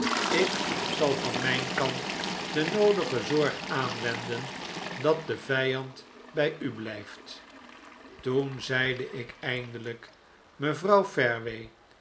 ik zal van mijn kant de noodige zorg aanwenden dat de vijand bij u blijft toen zeide ik eindelijk mevrouw